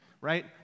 right